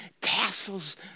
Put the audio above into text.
tassels